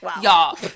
Y'all